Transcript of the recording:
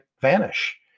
vanish